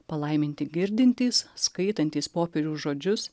palaiminti girdintys skaitantys popiežiaus žodžius